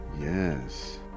Yes